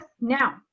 now